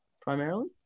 primarily